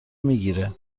میگیره